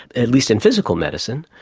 at least in physical medicine,